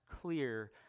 clear